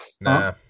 Nah